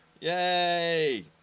Yay